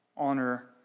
Honor